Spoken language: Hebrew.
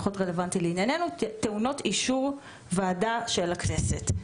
טעונות אישור ועדה של הכנסת".